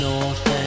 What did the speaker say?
North